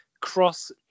cross